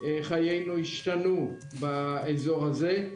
חיינו השתנו באזור הזה.